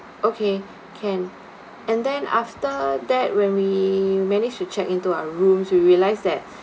okay can and then after that when we managed to check into our room we realized that